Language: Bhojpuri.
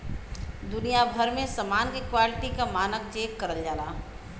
दुनिया भर में समान के क्वालिटी क मानक चेक करल जाला